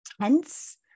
tense